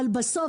בסוף,